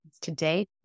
Today